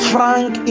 Frank